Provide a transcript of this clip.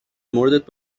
موردت